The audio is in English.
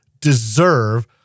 deserve